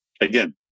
Again